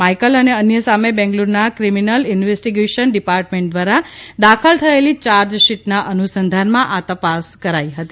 Michael અને અન્ય સામે બેંગાલુરૂના ક્રિમિનલ ઇન્વેસ્ટીગેશન ડીપાર્ટમેન્ટ દ્વારા દાખલ થયેલી યાર્જશીટના અનુસંધાનમાં આ તપાસ કરાઇ હતી